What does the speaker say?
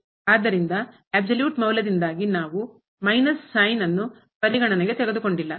ಆದ್ದರಿಂದ ಬ್ಸಲ್ಯೂಟ್ ಸಂಪೂರ್ಣ ಮೌಲ್ಯದಿಂದಾಗಿ ಪರಿಗಣನೆಗೆ ತೆಗೆದುಕೊಂಡಿಲ್ಲ